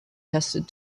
tested